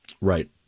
Right